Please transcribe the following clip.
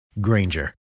Granger